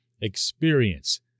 experience